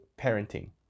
parenting